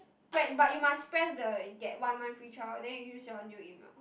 back but you must press the get one month free trial then you use your new email